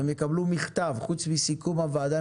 חוץ מסיכום הוועדה,